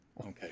Okay